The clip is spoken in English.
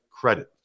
credit